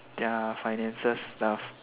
their finances stuff